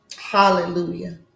Hallelujah